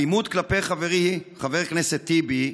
האלימות כלפי חברי חבר הכנסת טיבי,